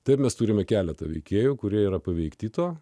tai mes turime keletą veikėjų kurie yra paveikti to